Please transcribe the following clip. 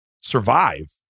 survive